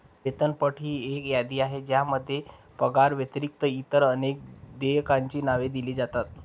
वेतनपट ही एक यादी आहे ज्यामध्ये पगाराव्यतिरिक्त इतर अनेक देयकांची नावे दिली जातात